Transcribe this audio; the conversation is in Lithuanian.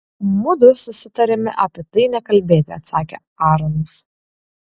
mudu susitarėme apie tai nekalbėti atsakė aaronas